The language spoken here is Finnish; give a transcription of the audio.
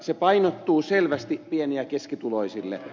se painottuu selvästi pieni ja keskituloisille